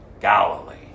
Galilee